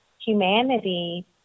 humanity